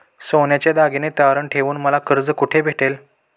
सोन्याचे दागिने तारण ठेवून मला कर्ज कुठे भेटेल?